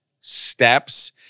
steps